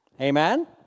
Amen